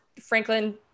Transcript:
Franklin